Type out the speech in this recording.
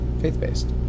faith-based